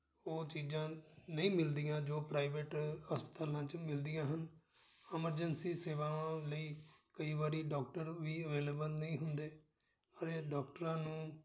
ਉਹ ਚੀਜ਼ਾਂ ਨਹੀਂ ਮਿਲਦੀਆਂ ਜੋ ਪ੍ਰਾਈਵੇਟ ਹਸਪਤਾਲਾਂ 'ਚ ਮਿਲਦੀਆਂ ਹਨ ਐਮਰਜੈਂਸੀ ਸੇਵਾਵਾਂ ਲਈ ਕਈ ਵਾਰੀ ਡੋਕਟਰ ਵੀ ਅਵੇਲੇਬਲ ਨਹੀਂ ਹੁੰਦੇ ਪਰ ਇਹ ਡਾਕਟਰਾਂ ਨੂੰ